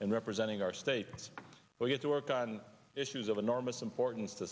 and representing our states will get to work on issues of enormous importance to